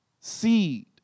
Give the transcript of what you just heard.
seed